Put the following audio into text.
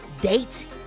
date